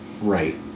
Right